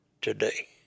today